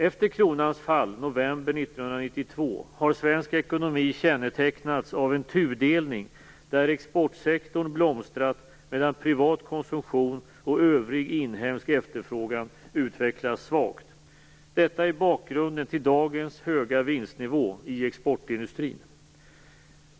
Efter kronans fall i november 1992 har svensk ekonomi kännetecknats av en tudelning där exportsektorn blomstrat, medan privat konsumtion och övrig inhemsk efterfrågan utvecklats svagt. Detta är bakgrunden till dagens höga vinstnivå i exportindustrin.